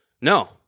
No